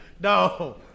No